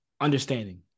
understanding